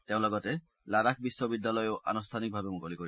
তেওঁ লগতে লাডাখ বিশ্ববিদ্যালয়ো আনুষ্ঠানিকভাৱে মুকলি কৰিব